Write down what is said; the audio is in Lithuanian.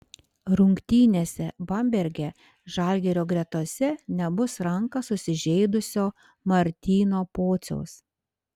rungtynėse bamberge žalgirio gretose nebus ranką susižeidusio martyno pociaus